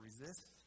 resist